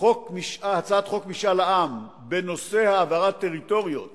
הצעת חוק משאל עם בנושא העברת טריטוריות